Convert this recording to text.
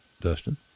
Dustin